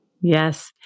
Yes